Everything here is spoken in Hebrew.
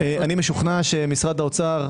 אני משוכנע שמשרד האוצר,